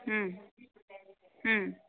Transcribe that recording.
ಹ್ಞೂ ಹ್ಞೂ